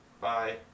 Bye